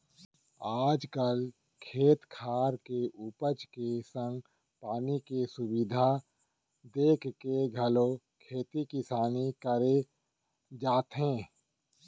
आज काल खेत खार के उपज के संग पानी के सुबिधा देखके घलौ खेती किसानी करे जाथे